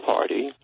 Party